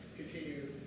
continue